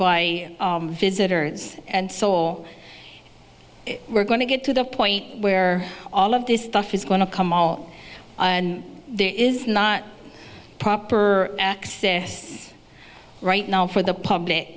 by visitors and saw we're going to get to the point where all of this stuff is going to come out and there is not proper excess right now for the public